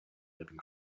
living